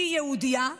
היא יהודייה,